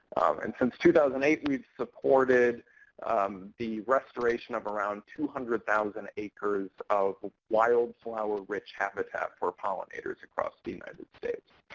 and since two thousand and eight we've supported the restoration of around two hundred thousand acres of wildflower-rich habitat for pollinators across the united states.